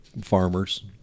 farmers